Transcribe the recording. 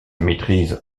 maîtrise